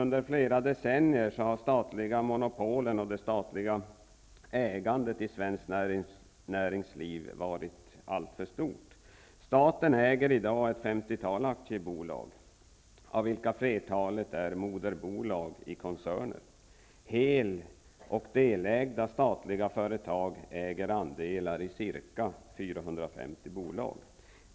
I flera decennier har de statliga monopolen och det statliga ägandet i svenskt näringsliv varit alltför stort. Staten äger i dag ett femtiotal aktiebolag, av vilka flertalet är moderbolag i koncerner. Hel och delägda statliga företag äger andelar i ca 450 bolag.